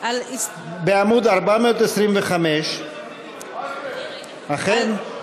בעמוד 425. אכן?